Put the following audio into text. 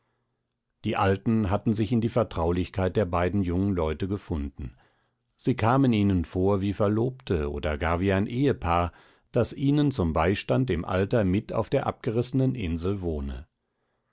die alten hatten sich in die vertraulichkeit der beiden jungen leute gefunden sie kamen ihnen vor wie verlobte oder gar wie ein ehepaar das ihnen zum beistand im alter mit auf der abgerissenen insel wohne